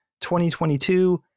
2022